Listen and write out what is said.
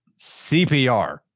CPR